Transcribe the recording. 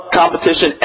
competition